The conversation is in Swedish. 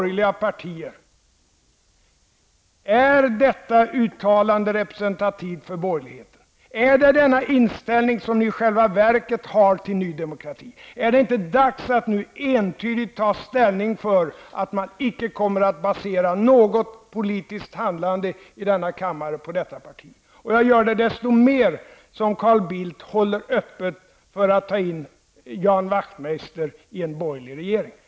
Är detta uttalande representativt för borgerligheten? Är det denna inställning ni i själva verket har till Ny demokrati? Är det inte dags att nu entydigt ta ställning för att man icke kommer att basera något politiskt handlande i denna kammare på detta parti? Jag gör det desto mer som Carl Bildt håller öppet för att ta in Ian Wachtmeister i en borgerlig regering.